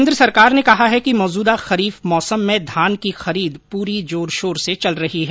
केन्द्र सरकार ने कहा है कि मौजूदा खरीफ मौसम में धान की खरीद पूरी जोरशोर से चल रही है